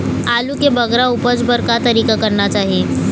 आलू के बगरा उपज बर का तरीका करना चाही?